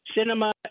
cinema